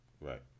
right